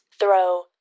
throw